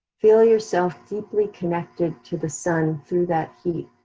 feel yourself deeply connected to the sun through that heat.